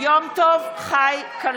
(קוראת בשמות חברי הכנסת) יום טוב חי כלפון,